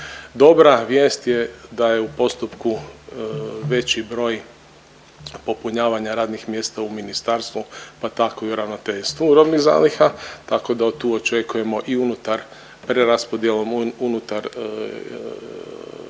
Dobra vijest je da je u postupku veći broj popunjavanja radnih mjesta u ministarstvu pa tako i u Ravnateljstvu robnih zalih. Tako da tu očekujemo i unutar, preraspodjelom unutar